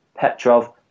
Petrov